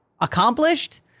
accomplished